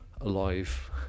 alive